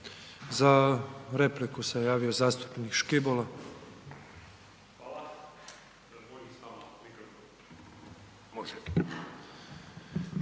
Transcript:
Za repliku se javio zastupnik Škibola.